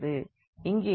இங்கே x y2